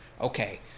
okay